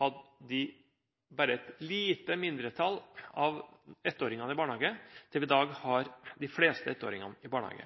hadde bare et lite mindretall av ettåringene i barnehage, til vi i dag har de fleste ettåringene i barnehage.